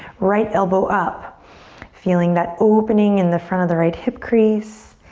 right elbow up feeling that opening in the front of the right hip crease,